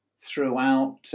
throughout